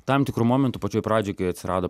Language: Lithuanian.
tam tikru momentu pačioj pradžioj kai atsirado